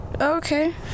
okay